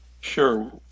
Sure